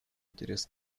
интерес